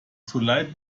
zuleide